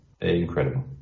Incredible